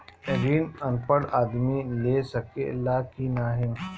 ऋण अनपढ़ आदमी ले सके ला की नाहीं?